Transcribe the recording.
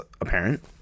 apparent